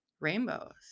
rainbows